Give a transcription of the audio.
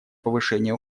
повышение